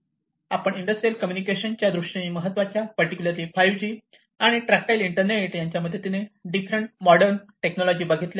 आपण industrial communication त्यादृष्टीने महत्त्वाच्या पर्टिक्युलरली 5G आणि ट्रॅक्टटाईल इंटरनेट यांच्या मदतीने डिफरंट मॉडर्न टेक्नॉलॉजी बघितल्या